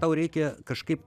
tau reikia kažkaip